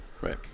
Right